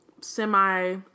semi